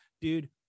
dude